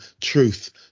truth